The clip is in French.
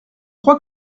crois